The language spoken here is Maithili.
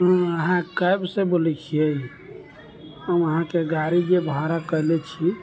अ अहाँ कैब से बोलै छियै हम अहाँके गाड़ी के भाड़ा जे कैले छी